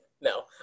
No